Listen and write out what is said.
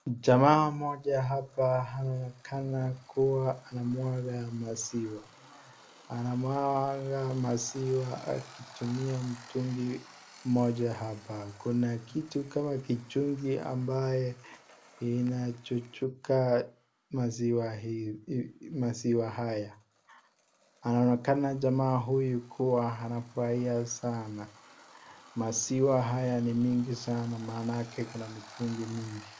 Jamaa mmoja hapa anaonekana kuwa anamwaga maziwa. Anamwaga maziwa akitumia mtungi mmoja hapa. Kuna kitu kama kichungi ambaye inachuchuka maziwa hizi maziwa haya. Anaonekana jamaa huyu kuwa anafurahia sana. Maziwa haya ni mingi sana maanake kuna mitungi mingi.